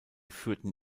führten